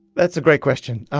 that's a great question.